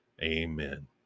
Amen